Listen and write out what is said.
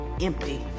empty